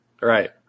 Right